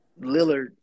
Lillard